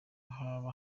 haba